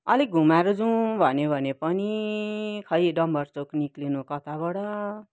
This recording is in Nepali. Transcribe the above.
अलिक घुमाएर जाउँ भन्यो भने पनि खोइ डम्बरचोक निक्लिनु कताबाट